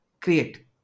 Create